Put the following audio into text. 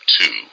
two